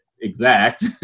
exact